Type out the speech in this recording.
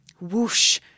whoosh